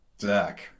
Zach